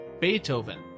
Beethoven